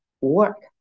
work